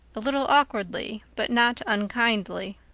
a little awkwardly, but not unkindly.